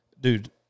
Dude